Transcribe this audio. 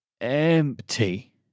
empty